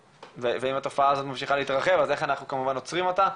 ואם התופעה הזאת ממשיכה להתרחב אז איך אנחנו כמובן עוצרים אותה,